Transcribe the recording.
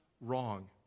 wrong